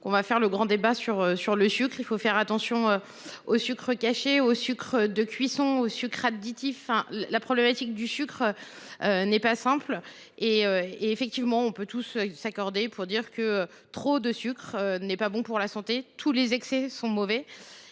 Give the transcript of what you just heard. l’on va faire le grand débat sur le sucre ! Il faut faire attention au sucre caché, au sucre de cuisson, au sucre additif. Le problème n’est pas simple. En effet, nous pouvons tous nous accorder pour dire que l’excès de sucre n’est pas bon pour la santé, tous les excès étant mauvais.